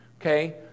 okay